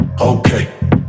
okay